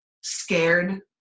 scared